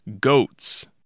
Goats